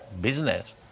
business